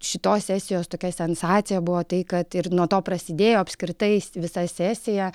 šitos sesijos tokia sensacija buvo tai kad ir nuo to prasidėjo apskritai visa sesija